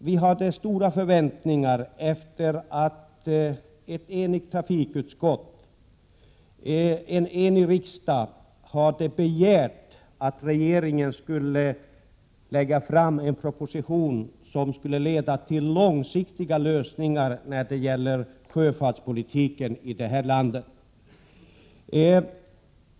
Vi hade stora förväntningar efter det att ett enigt trafikutskott och en enig riksdag hade begärt att regeringen skulle lägga fram en proposition, som skulle leda till långsiktiga lösningar när det gäller sjöfartspolitiken här i landet.